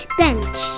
bench